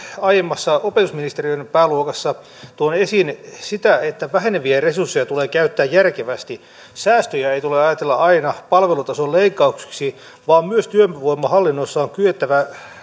aiemmassa opetusministeriön pääluokassa tuon esiin sitä että väheneviä resursseja tulee käyttää järkevästi säästöjä ei tule ajatella aina palvelutason leikkauksiksi vaan myös työvoimahallinnossa on kyettävä